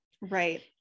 Right